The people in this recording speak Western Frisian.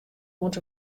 oant